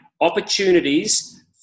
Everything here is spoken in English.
opportunities